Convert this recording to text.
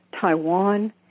Taiwan